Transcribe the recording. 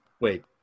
Wait